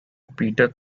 peter